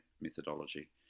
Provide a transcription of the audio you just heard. methodology